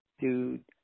dude